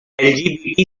lgbt